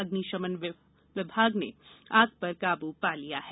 अग्निशमन विभाग ने आग पर काबू पा लिया है